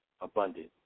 abundant